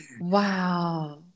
Wow